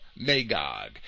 Magog